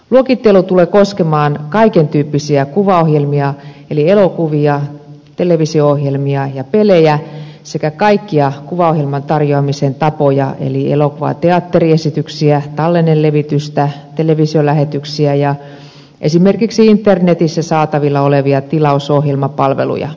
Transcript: luokittelu tulee koskemaan kaiken tyyppisiä kuvaohjelmia eli elokuvia televisio ohjelmia ja pelejä sekä kaikkia kuvaohjelman tarjoamisen tapoja eli elokuvateatteriesityksiä tallennelevitystä televisiolähetyksiä ja esimerkiksi internetissä saatavilla olevia tilausohjelmapalveluja